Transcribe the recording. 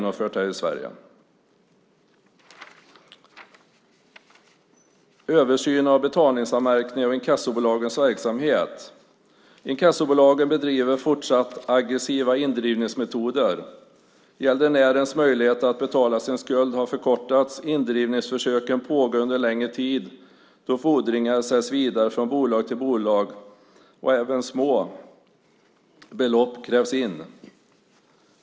En annan reservation gäller översyn av betalningsanmärkningar och inkassobolagens verksamhet. Inkassobolagen bedriver fortsatt aggressiva indrivningsmetoder. Gäldenärens möjlighet att betala av sin skuld har försämrats, indrivningsförsöken pågår under längre tid då fordringar säljs vidare från bolag till bolag och även små belopp krävs in.